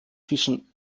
zwischen